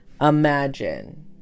imagine